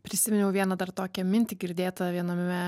prisiminiau vieną dar tokią mintį girdėtą viename